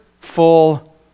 full